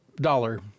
dollar